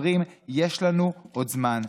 אומרים: יש לנו עוד זמן.